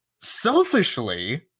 Selfishly